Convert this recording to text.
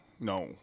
no